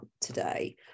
today